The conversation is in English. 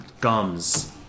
gums